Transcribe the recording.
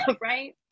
Right